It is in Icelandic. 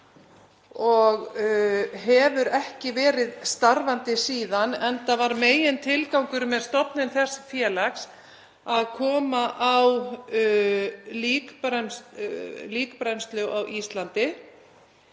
og hefur ekki verið starfandi síðan enda var megintilgangurinn með stofnun þess félags að koma á líkbrennslu á Íslandi.